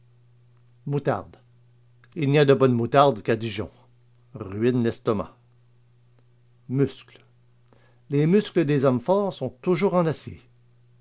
moutarde il n'y a de bonne moutarde qu'à dijon ruine l'estomac muscles les muscles des hommes forts sont toujours en acier